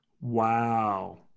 Wow